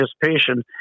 participation